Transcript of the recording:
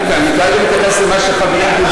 אין לי בעיה, אני כאן מתייחס למה שהחברים דיברו.